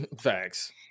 Facts